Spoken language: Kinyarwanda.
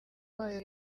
wayo